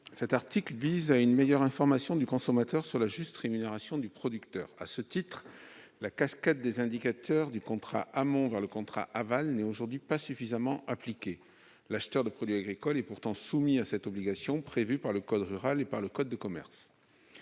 Cet article vise à une meilleure information du consommateur sur la juste rémunération du producteur. À ce titre, la cascade des indicateurs du contrat amont vers le contrat aval n'est aujourd'hui pas suffisamment appliquée. L'acheteur de produits agricoles est pourtant soumis à cette obligation, prévue dans le code rural et dans le code de commerce.